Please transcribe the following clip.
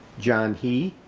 john hii,